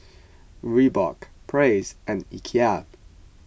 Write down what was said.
Reebok Praise and Ikea